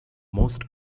most